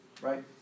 right